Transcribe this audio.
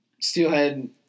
steelhead